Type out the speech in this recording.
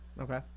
Okay